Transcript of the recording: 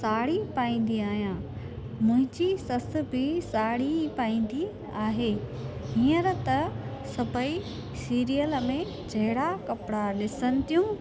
साड़ी पाईंदी आहियां मुंहिंजी ससु बि साड़ी ई पाईंदी आहे हींअर त सभेई सीरियल में जहिड़ा कपिड़ा ॾिसनि थियूं